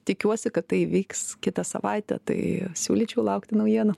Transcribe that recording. tikiuosi kad tai įvyks kitą savaitę tai siūlyčiau laukti naujienų